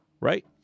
right